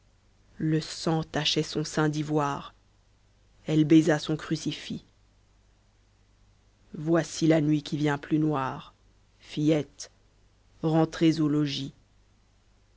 le sang tachait son sein d'ivoire elle baisa son crucifix voici la nuit qui vient plus noire